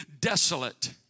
desolate